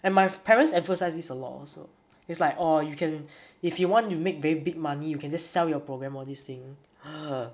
and my parents emphasize this a lot also it's like orh you can if you want you make very big money you can just sell your program all these thing !huh!